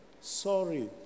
sorry